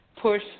push